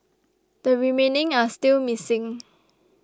the remaining are still missing